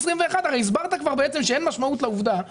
אם אתה מציג את זה עכשיו כקיצוץ בעודפים,